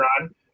on